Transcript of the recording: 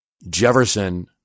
Jefferson